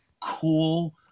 cool